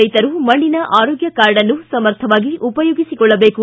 ರೈತರು ಮಣ್ಣಿನ ಆರೋಗ್ಯ ಕಾರ್ಡ್ನ್ನು ಸಮರ್ಥವಾಗಿ ಉಪಯೋಗಿಸಿಕೊಳ್ಳಬೇಕು